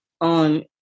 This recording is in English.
on